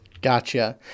Gotcha